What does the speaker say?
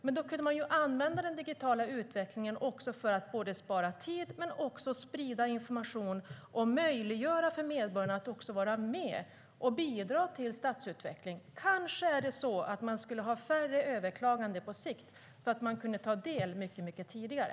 Man skulle kunna använda den digitala utvecklingen för att såväl spara tid som sprida information och möjliggöra för medborgarna att vara med och bidra till stadsutvecklingen. Kanske skulle man få färre överklaganden på sikt om de kunde ta del i detta tidigare.